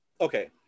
Okay